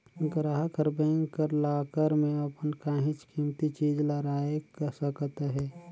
गराहक हर बेंक कर लाकर में अपन काहींच कीमती चीज ल राएख सकत अहे